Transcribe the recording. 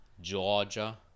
Georgia